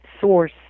source